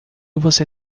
você